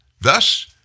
Thus